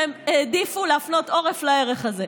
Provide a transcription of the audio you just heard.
והם העדיפו להפנות עורף לערך הזה,